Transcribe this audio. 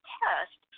test